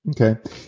Okay